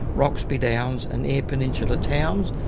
roxby downs and eyre peninsula towns,